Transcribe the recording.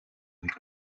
avec